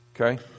okay